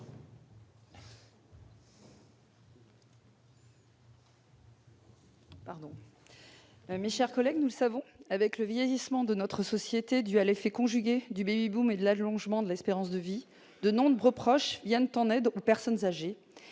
Mme Nathalie Delattre. Nous le savons, avec le vieillissement de notre société dû à l'effet conjugué du et de l'allongement de l'espérance de vie, de nombreux proches viennent en aide aux personnes âgées